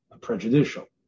prejudicial